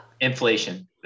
Inflation